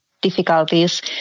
difficulties